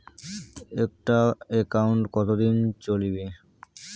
একটা একাউন্ট কতদিন চলিবে?